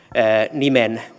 nimen